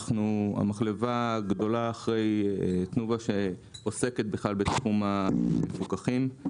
אנחנו המחלבה הגדולה אחרי תנובה שעוסקת בכלל בתחום המפוקחים.